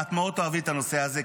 את מאוד תאהבי את הנושא הזה,